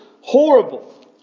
horrible